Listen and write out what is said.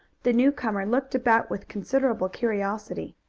the newcomer looked about with considerable curiosity.